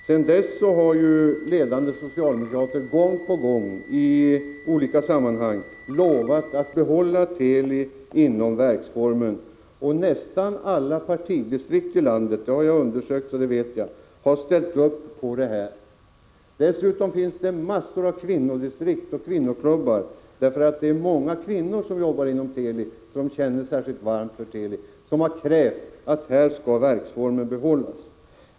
Sedan dess har ledande socialdemokrater gång på gång i olika sammanhang lovat att behålla Teli inom verksformen, och nästan alla partidistrikt i landet — det har jag undersökt, så det vet jag — har ställt upp på den linjen. Dessutom finns det massor av kvinnodistrikt och kvinnoklubbar — det är många kvinnor som jobbar inom Teli och känner särskilt varmt för det — som har krävt att verksformen skall behållas.